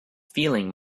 feeling